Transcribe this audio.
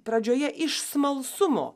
pradžioje iš smalsumo